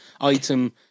item